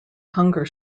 hunger